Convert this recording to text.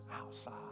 outside